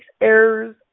errors